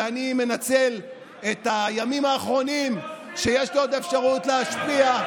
אני מנצל את הימים האחרונים שבהם יש לי עוד אפשרות להשפיע,